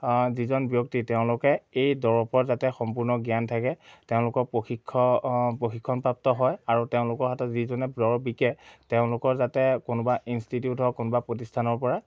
যিজন ব্যক্তি তেওঁলোকে এই দৰৱৰ যাতে সম্পূৰ্ণ জ্ঞান থাকে তেওঁলোকৰ প্ৰশিক্ষণপ্ৰাপ্ত হয় আৰু তেওঁলোকৰ হাতত যিজনে দৰৱ বিকে তেওঁলোকৰ যাতে কোনোবা ইনষ্টিটিউট হওক কোনোবা প্ৰতিষ্ঠানৰ পৰা